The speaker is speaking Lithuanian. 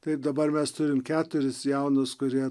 taip dabar mes turim keturis jaunus kurie